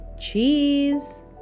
CHEESE